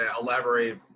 elaborate